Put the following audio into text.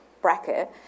bracket